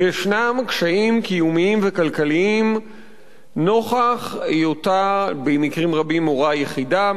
ויש קשיים קיומיים וכלכליים נוכח היותה במקרים רבים הורה יחידה,